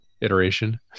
iteration